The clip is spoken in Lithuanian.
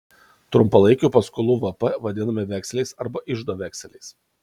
trumpalaikių paskolų vp vadinami vekseliais arba iždo vekseliais